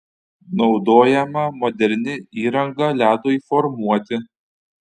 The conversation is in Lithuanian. naudojama moderni įranga ledui formuoti